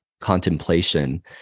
contemplation